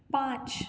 पाँच